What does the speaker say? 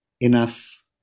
enough